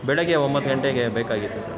ಬೆಳಗ್ಗೆ ಒಂಬತ್ತು ಗಂಟೆಗೆ ಬೇಕಾಗಿತ್ತು ಸರ್